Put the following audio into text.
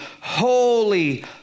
holy